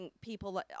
people